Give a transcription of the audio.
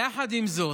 יחד עם זאת,